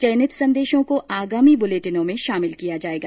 चयनित संदेशों को आगामी बुलेटिनों में शामिल किया जाएगा